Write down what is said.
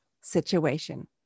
situation